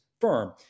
firm